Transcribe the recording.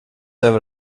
över